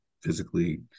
physically